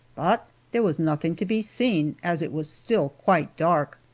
but there was nothing to be seen, as it was still quite dark.